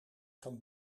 kan